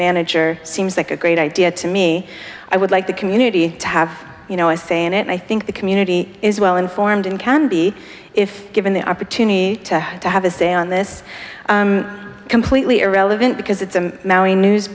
manager seems like a great idea to me i would like the community to have you know i say in it i think the community is well informed and can be if given the opportunity to have a say on this completely irrelevant because it's